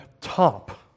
top